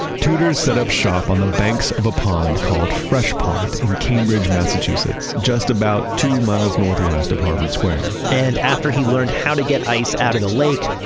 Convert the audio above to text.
tudor set up shop on the banks of a pond called fresh pond in cambridge, massachusetts, just about two miles northwest of harvard square and after he learned how to get ice out of the lake,